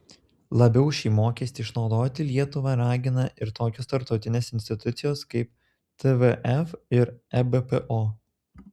labiau šį mokestį išnaudoti lietuvą ragina ir tokios tarptautinės institucijos kaip tvf ir ebpo